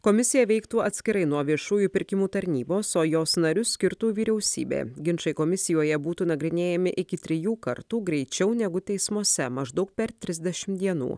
komisija veiktų atskirai nuo viešųjų pirkimų tarnybos o jos narius skirtų vyriausybė ginčai komisijoje būtų nagrinėjami iki trijų kartų greičiau negu teismuose maždaug per trisdešim dienų